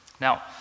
Now